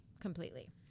completely